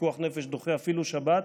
פיקוח נפש, דוחה אפילו שבת.